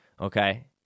okay